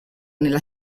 nella